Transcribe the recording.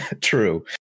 True